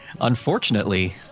Unfortunately